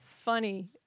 funny